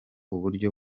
uburyo